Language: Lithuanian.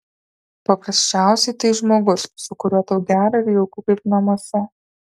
paprasčiausiai tai žmogus su kuriuo tau gera ir jauku kaip namuose